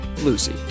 Lucy